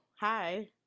hi